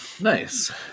Nice